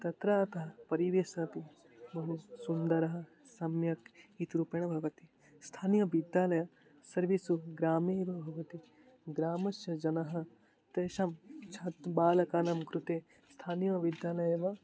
तत्र परिसरः अपि बहु सुन्दरः सम्यक् इति रूपेण भवति स्थानीयविद्यालयः सर्वेषु ग्रामेषु एव भवति ग्रामस्य जनः तेषां छात् बालकानां कृते स्थानीयविद्यालये एव